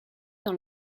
dans